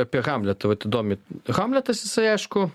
apie hamletą vat įdomi hamletas jisai aišku